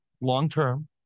long-term